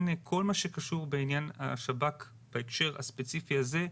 כל מה שקשור בעניין השב"כ בהקשר הספציפי הזה,